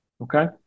Okay